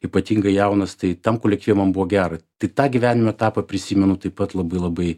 ypatingai jaunas tai tam kolektyvam buvo gera tik tą gyvenimo etapą prisimenu taip pat labai labai